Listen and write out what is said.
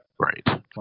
Right